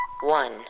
One